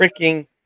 freaking